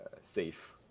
safe